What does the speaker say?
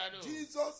Jesus